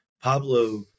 Pablo